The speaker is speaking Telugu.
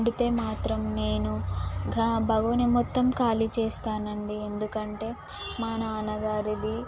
వండితే మాత్రం నేను ఇంకా బగోని మొత్తం ఖాళీ చేస్తాను అండి ఎందుకంటే